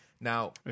Now